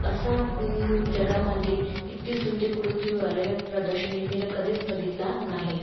असा जगामंदी इतकी सुंदी कृतीवालेय प्रदर्शनी मी ना कधीच बघितला नाही